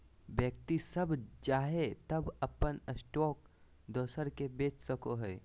व्यक्ति जब चाहे तब अपन स्टॉक दोसर के बेच सको हइ